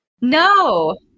No